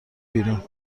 بیرون